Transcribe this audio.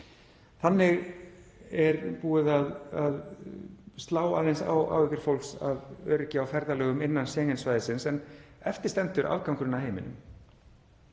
Þannig er búið að slá aðeins á áhyggjur fólks af öryggi á ferðalögum innan Schengen-svæðisins en eftir stendur afgangurinn af heiminum.